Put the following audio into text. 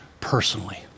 personally